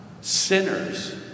sinners